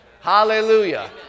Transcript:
Hallelujah